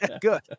good